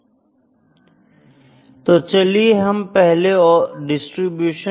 को समझते हैं जो है पोइजन डिस्ट्रीब्यूशन